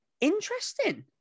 interesting